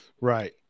Right